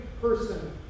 person